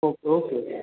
okay okay